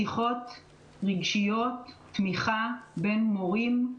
שיחות רגשיות, תמיכה בין מורים,